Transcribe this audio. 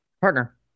partner